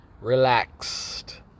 Relaxed